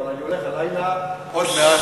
הייתי בחוץ, אבל אני הולך הלילה, עוד מעט,